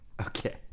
Okay